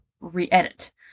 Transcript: re-edit